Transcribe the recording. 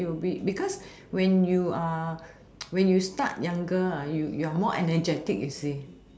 it will be because when you are when you start younger ah you you're more energetic you see